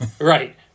right